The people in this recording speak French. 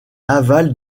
aval